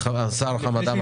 השר חמד עמאר,